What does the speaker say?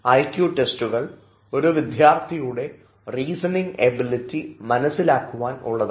I Q ടെസ്റ്റുകൾ ഒരു വിദ്യാർഥിയുടെ റീസണിങ് എബിലിറ്റി മനസ്സിലാക്കുവാൻ ഉള്ളതാണ്